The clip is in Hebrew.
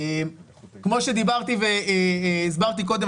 כמו שדיברתי והסברתי קודם,